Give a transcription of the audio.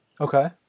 Okay